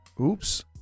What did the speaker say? Oops